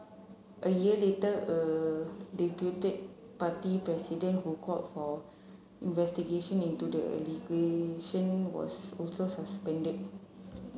a year later a party president who called for investigation into the allegation was also suspended